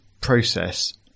process